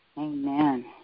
Amen